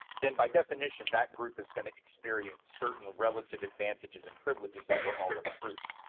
then by definition, that group is gonna experience certain relative advantages and privileges over all other groups.